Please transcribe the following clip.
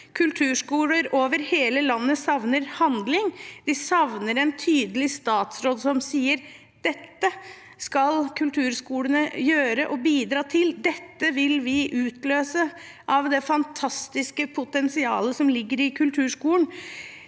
Kulturskoler over hele landet savner handling, de savner en tydelig statsråd som sier: Dette skal kulturskolene gjøre og bidra til, dette vil vi utløse av det fantastiske potensialet som ligger i kulturskolen.